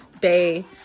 Bay